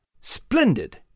Splendid